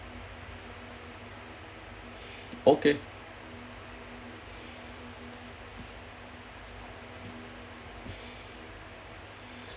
okay